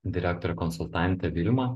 direktorė konsultantė vilma